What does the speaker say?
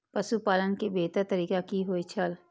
पशुपालन के बेहतर तरीका की होय छल?